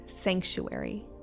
sanctuary